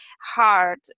hard